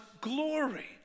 glory